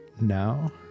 now